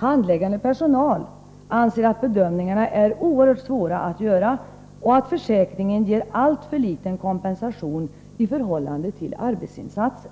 Handläggande personal anser att bedömningarna är oerhört svåra att göra och att försäkringen ger alltför liten kompensation i förhållande till arbetsinsatsen.